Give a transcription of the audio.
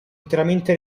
interamente